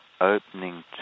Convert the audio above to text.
opening